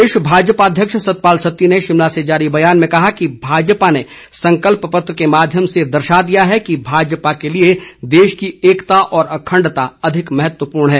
प्रदेश भाजपा अध्यक्ष सतपाल सत्ती ने शिमला से जारी ब्यान में कहा कि भाजपा ने संकल्प पत्र के माध्यम से दर्शा दिया है कि भाजपा के लिए देश की एकता और अखंडता अधिक महत्वपूर्ण है